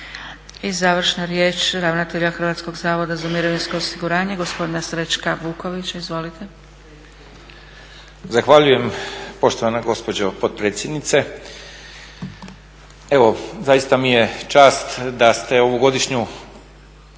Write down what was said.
I završna riječ ravnatelja Hrvatskog zavoda za mirovinsko osiguranje, gospodina Srećka Vukovića. Izvolite. **Vuković, Srećko** Zahvaljujem poštovana gospođo potpredsjednice. Evo, zaista mi je čast da ste ovogodišnju